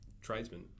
tradesmen